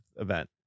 event